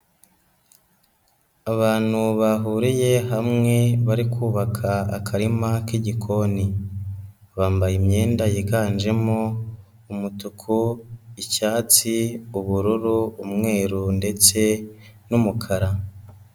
Abantu bahuriye hamwe bari kubaka akarima k'igikoni, bambaye imyenda yiganjemo umutuku, icyatsi, ubururu, umweru ndetse n'umukara.